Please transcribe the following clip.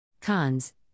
Cons